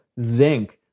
zinc